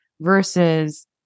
versus